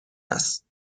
است